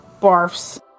barfs